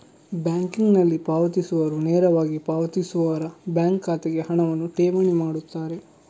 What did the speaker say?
ಬ್ಯಾಂಕಿಂಗಿನಲ್ಲಿ ಪಾವತಿಸುವವರು ನೇರವಾಗಿ ಪಾವತಿಸುವವರ ಬ್ಯಾಂಕ್ ಖಾತೆಗೆ ಹಣವನ್ನು ಠೇವಣಿ ಮಾಡುತ್ತಾರೆ